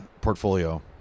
portfolio